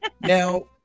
now